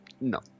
no